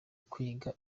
kwiga